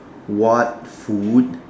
what food